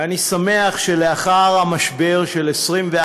ואני שמח שלאחר המשבר של 24